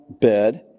bed